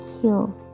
kill